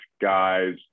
guys